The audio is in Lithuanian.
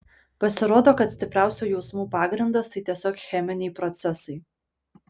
pasirodo kad stipriausių jausmų pagrindas tai tiesiog cheminiai procesai